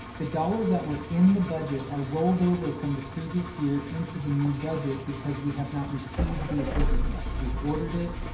the dollars that were in the budget are rolled over from the previous year into the new budget because we have not received the equipment yet. we've ordered it.